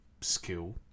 skill